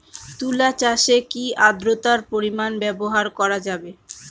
তুলা চাষে কি আদ্রর্তার পরিমাণ ব্যবহার করা যাবে?